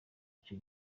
icyo